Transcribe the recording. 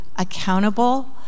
accountable